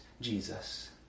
Jesus